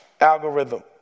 algorithm